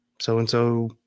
so-and-so